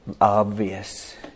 obvious